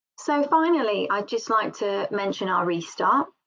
so finally i just like to mention our restart.